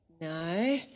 no